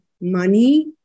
money